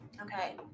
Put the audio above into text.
Okay